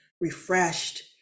refreshed